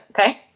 okay